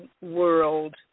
world